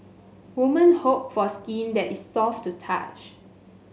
woman hope for skin that is soft to touch